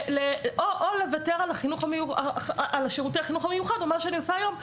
או לוותר על שירותי החינוך המיוחד מה שאני עושה היום.